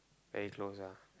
very close ah